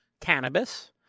cannabis